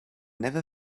never